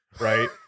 right